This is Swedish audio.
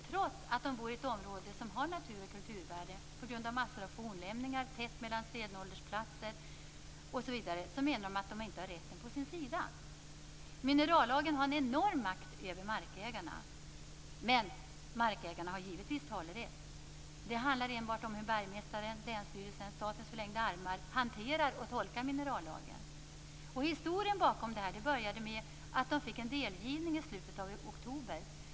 Trots att de bor i ett område som har natur och kulturvärden på grund av massor av fornlämningar, tätt mellan stenåldersplatser osv. menar de att de inte har rätten på sin sida. Minerallagen har en enorm makt över markägarna. Men markägarna har givetvis talerätt. Det handlar enbart om hur bergmästaren och länsstyrelsen - statens förlängda armar - hanterar och tolkar minerallagen. Historien bakom detta började med att de fick en delgivning i slutet oktober.